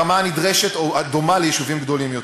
ברמה הנדרשת או הדומה ליישובים גדולים יותר.